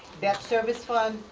debt service fund,